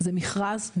זה מכרז,